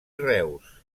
reus